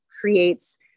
creates